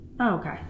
Okay